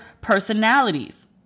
personalities